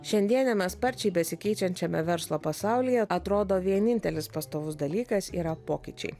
šiandieniame sparčiai besikeičiančiame verslo pasaulyje atrodo vienintelis pastovus dalykas yra pokyčiai